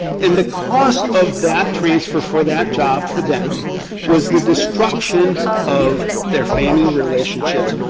and the cost of that transfer for that job for them was the destruction of their family relationships,